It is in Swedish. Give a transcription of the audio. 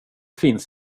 finns